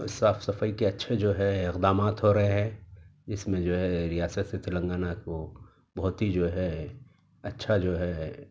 صاف صفائی کے اچھے جو ہے اقدامات ہو رہے ہیں اِس میں جو ہے ریاست تلنگانہ کو بہت ہی جو ہے اچھا جو ہے